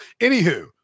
anywho